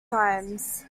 times